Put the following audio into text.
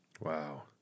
Wow